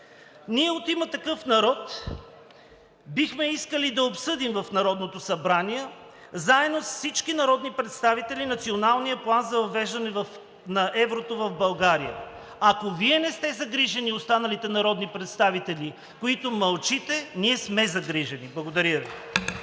Ние от „Има такъв народ“ бихме искали да обсъдим в Народното събрание, заедно с всички народни представители, Националния план за въвеждане на еврото в България. Ако Вие не сте загрижени и останалите народни представители, които мълчите, ние сме загрижени. Благодаря.